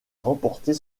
remporter